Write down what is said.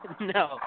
No